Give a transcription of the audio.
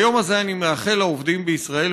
ביום הזה אני מאחל לעובדים בישראל